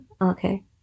Okay